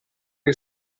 che